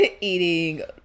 eating